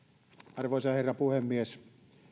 arvoisa herra puhemies